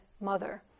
mother